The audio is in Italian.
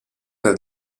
per